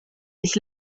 ich